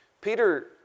Peter